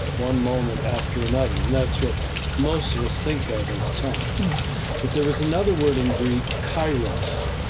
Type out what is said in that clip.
one moment after another, and that's what most of us think of as time but there was another word in greek, kairos.